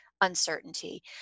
uncertainty